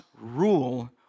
rule